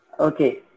Okay